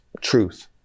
truth